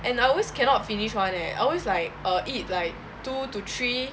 and I always cannot finish [one] leh I always like err eat like two to three